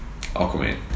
Aquaman